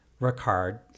Ricard